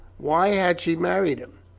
why had she married him?